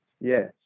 Yes